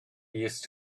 used